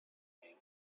aim